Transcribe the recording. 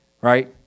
right